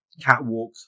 Catwalk